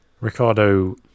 Ricardo